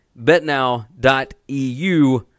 BetNow.eu